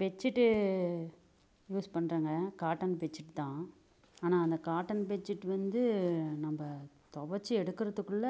bedsheet use பண்றேங்க cotton bedsheet தான் ஆனால் அந்த காட்டன் பெட்சீட் வந்து நம்ம துவச்சி எடுக்கிறதுக்குள்ள